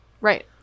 Right